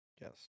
yes